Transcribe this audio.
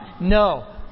No